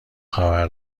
خبر